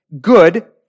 good